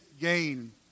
gain